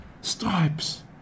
stripes